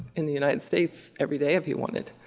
in the united states, every day if he wanted.